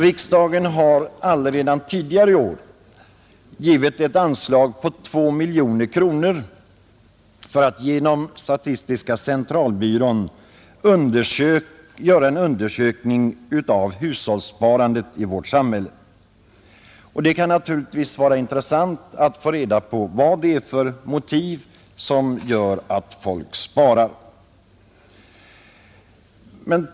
Riksdagen har redan tidigare i år givit ett anslag på 2 miljoner kronor för undersökning genom statistiska centralbyrån av hushållssparandet i vårt samhälle. Det kan naturligtvis vara intressant att få reda på vilka motiv som gör att folk sparar.